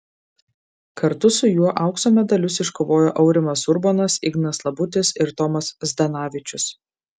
kartu su juo aukso medalius iškovojo aurimas urbonas ignas labutis ir tomas zdanavičius